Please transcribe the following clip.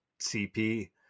CP